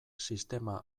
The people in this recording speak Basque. sistema